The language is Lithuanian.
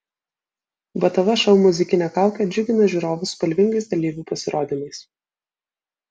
btv šou muzikinė kaukė džiugina žiūrovus spalvingais dalyvių pasirodymais